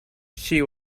she